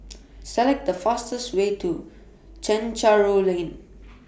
Select The fastest Way to Chencharu Lane